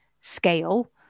scale